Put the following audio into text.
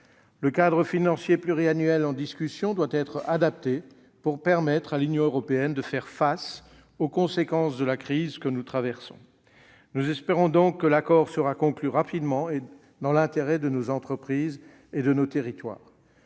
Le cadre financier pluriannuel en discussion doit être adapté pour permettre à l'Union européenne de faire face aux conséquences de la crise que nous traversons. Nous espérons donc que l'accord sera conclu rapidement, dans l'intérêt de nos entreprises et de nos territoires.